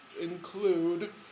include